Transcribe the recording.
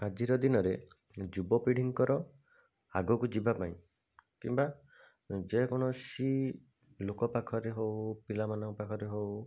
ଆଜିର ଦିନରେ ଯୁବ ପିଢ଼ିଙ୍କର ଆଗକୁ ଯିବାପାଇଁ କିମ୍ବା ଯେକୌଣସି ଲୋକ ପାଖରେ ହେଉ ପିଲାମାନଙ୍କ ପାଖରେ ହେଉ